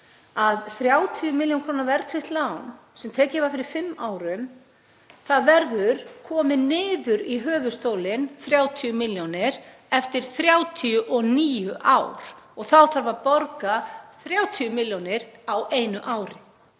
að 30 millj. kr. verðtryggt lán sem tekið var fyrir fimm árum verður komið niður í höfuðstólinn, 30 milljónir, eftir 39 ár og þá þarf að borga 30 milljónir á einu ári,